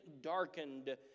darkened